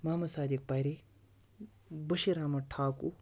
Mohammad Sadiq Parray Bashir Ahmad Thakur